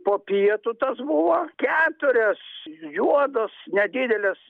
po pietų tas buvo keturios juodos nedidelės